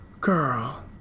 Girl